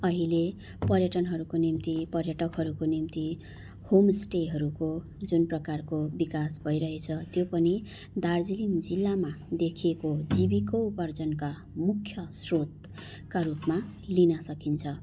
अहिले पर्यटनहरूको निम्ति पर्यटकहरूको निम्ति होमस्टेहरूको जुन प्रकारको विकास भइरहेछ त्यो पनि दार्जिलिङ जिल्लामा देखिएको जिविकोपार्जनका मुख्य स्रोतका रूपमा लिन सकिन्छ